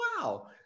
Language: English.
wow